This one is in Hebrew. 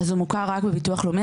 אז הוא מוכר רק בביטוח לאומי.